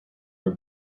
were